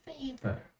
favor